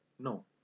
No